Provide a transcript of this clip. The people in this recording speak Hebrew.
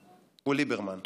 הוא ליברמן.